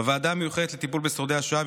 בוועדה המיוחדת לטיפול בשורדי השואה,